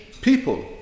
people